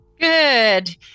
Good